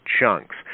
chunks